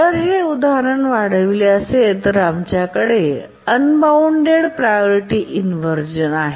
जर हे उदाहरण वाढविले असेल तर आमच्याकडे अनबॉऊण्डेडप्रायॉरीटी इनव्हर्जन आहे